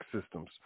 systems